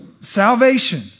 salvation